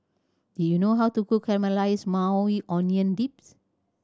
do you know how to cook Caramelized Maui Onion Dips